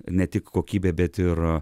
ne tik kokybę bet ir